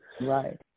right